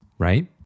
Right